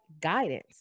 guidance